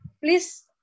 please